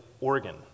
organ